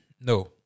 No